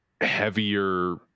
heavier